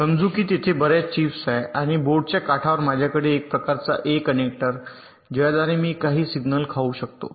समजू की तेथे बर्याच चिप्स आहेत आणि बोर्डच्या काठावर माझ्याकडे एक प्रकारचा ए कनेक्टर ज्याद्वारे मी काही सिग्नल खाऊ शकतो